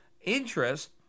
interest